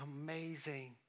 amazing